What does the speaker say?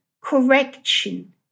correction